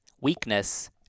weakness